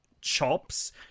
chops